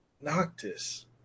Noctis